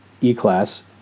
E-Class